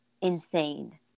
insane